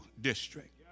district